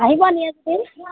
আহিব নিয়ে যদি